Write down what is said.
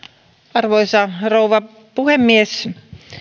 arvoisa rouva puhemies